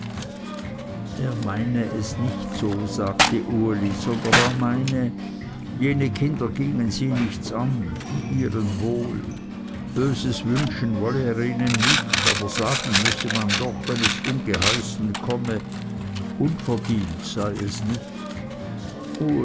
meine es nicht so sagte uli sondern er meine jene kinder gingen sie nichts an die ihren wohl böses wünschen wolle er ihnen nicht aber sagen müsse man doch wenn es ungeheißen komme unverdient sei es nicht